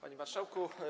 Panie Marszałku!